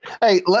Hey